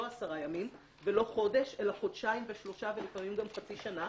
עשרה ימים ולא חודש אלא חודשיים ושלושה ולפעמים גם חצי שנה,